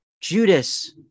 Judas